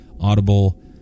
audible